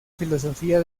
filosofía